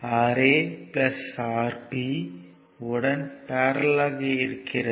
Ra Rb Rc யுடன் parallel ஆக இருக்கிறது